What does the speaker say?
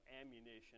ammunition